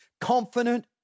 confident